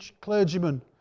clergyman